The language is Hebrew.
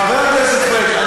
חבר הכנסת פריג',